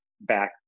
back